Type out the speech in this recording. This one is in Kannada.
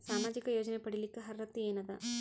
ಸಾಮಾಜಿಕ ಯೋಜನೆ ಪಡಿಲಿಕ್ಕ ಅರ್ಹತಿ ಎನದ?